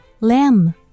lamb